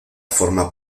forma